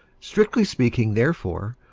strictly speaking, therefore,